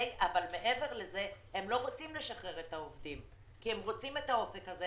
אבל מעבר לזה הם לא רוצים לשחרר את העובדים כי הם רוצים את האופק הזה,